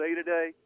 today